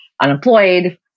unemployed